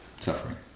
suffering